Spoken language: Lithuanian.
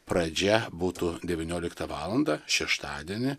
pradžia būtų devynioliktą valandą šeštadienį